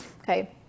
okay